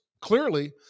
Clearly